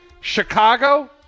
Chicago